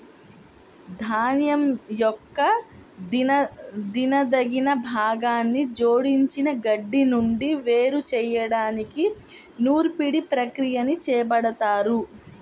ధాన్యం యొక్క తినదగిన భాగాన్ని జోడించిన గడ్డి నుండి వేరు చేయడానికి నూర్పిడి ప్రక్రియని చేపడతారు